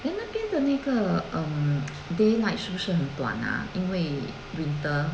then 那边的那个 um day night 是不是很短 ah 因为 winter